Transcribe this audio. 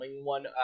one